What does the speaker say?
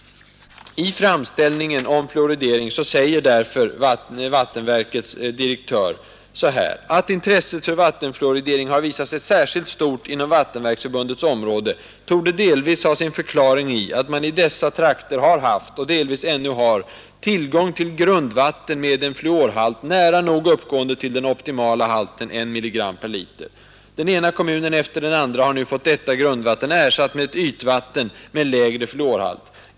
I framställningen om fluoridering säger därför vattenverkets direktör: ”Att intresset för vattenfluoridering har visat sig särskilt stort inom vattenverksförbundets område torde delvis ha sin förklaring i att man i dessa trakter har haft och delvis ännu har tillgång till grundvatten med en fluorhalt, nära nog uppgående till den optimala halten 1 mg/l. Den ena kommunen efter den andra har nu fått detta grundvatten ersatt med ett ytvatten med lägre fluorhalt.